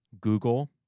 Google